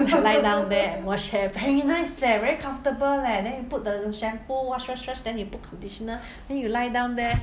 can lie down there and wash hair very nice eh very comfortable leh then you put the shampoo wash wash wash then you put conditioner then you lie down there